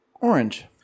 Orange